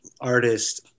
artist